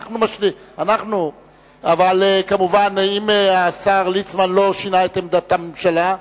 אבל אם השר ליצמן לא שינה את עמדת הממשלה,